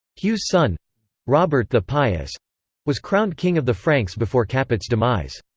hugh's son robert the pious was crowned king of the franks before capet's demise.